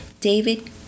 David